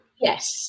yes